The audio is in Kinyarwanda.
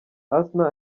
asnah